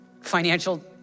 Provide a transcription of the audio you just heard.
financial